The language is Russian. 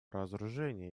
разоружения